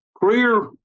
career